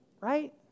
Right